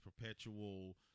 perpetual